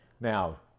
Now